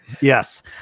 Yes